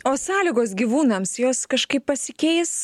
o sąlygos gyvūnams jos kažkaip pasikeis